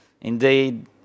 Indeed